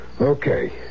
Okay